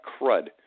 crud